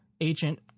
agent